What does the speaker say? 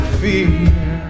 fear